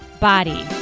body